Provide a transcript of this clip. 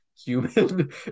Human